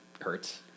hurts